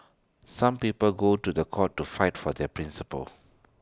some people go to The Court to flight for their principles